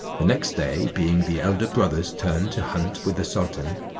the next day being the elder brother's turn to hunt with the sultan,